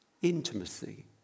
Intimacy